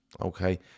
okay